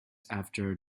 after